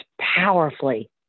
powerfully